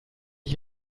ich